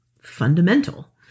fundamental